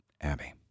Abby